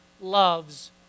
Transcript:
loves